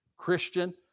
Christian